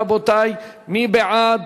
רבותי, מי בעד?